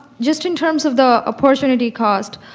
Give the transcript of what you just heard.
just in terms of the opportunity cost,